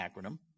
acronym